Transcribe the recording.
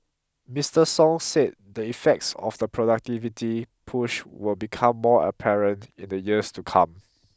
Mister Song said the effects of the productivity push will become more apparent in the years to come